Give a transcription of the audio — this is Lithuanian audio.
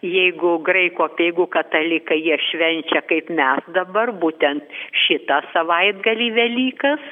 jeigu graikų apeigų katalikai jie švenčia kaip mes dabar būtent šitą savaitgalį velykas